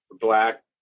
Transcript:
black